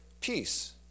peace